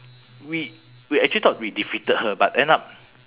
we we actually thought we defeated her but end up